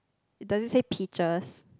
does it say peaches